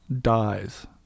dies